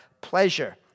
pleasure